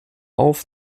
auf